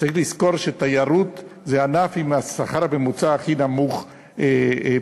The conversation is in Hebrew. צריך לזכור שתיירות זה ענף עם השכר הממוצע הכי נמוך במשק.